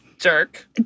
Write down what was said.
Jerk